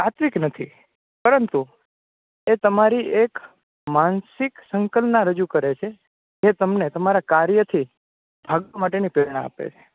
સાત્વિક નથી પરંતુ તમારી એક માનસિક સંકલ્પના રજૂ કરેં છે જે તમને તમારા કાર્યથી ભાગ્વા માતે ની પ્રેરના આપે છે